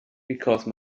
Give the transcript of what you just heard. because